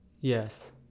Yes